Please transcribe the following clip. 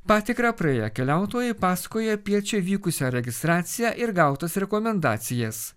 patikrą praėję keliautojai pasakoja apie čia vykusią registraciją ir gautas rekomendacijas